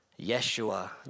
Yeshua